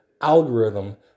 algorithm